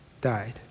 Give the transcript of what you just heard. died